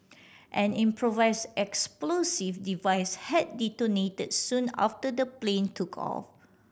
an improvise explosive device had detonated soon after the plane took off